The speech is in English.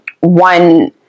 one